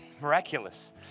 Miraculous